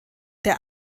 der